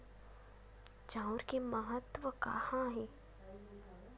चांउर के महत्व कहां हे?